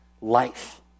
life